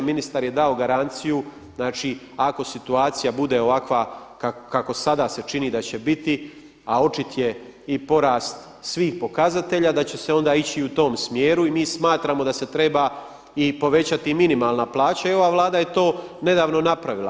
Ministar je dao garanciju znači ako situacija bude ovakva kako sada se čini da će biti, a očit je i porast svih pokazatelja, da će se onda ići i u tom smjeru i mi smatramo da se treba i povećati minimalna plaća, i ova Vlada je to nedavno napravila.